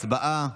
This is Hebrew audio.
הצבעה.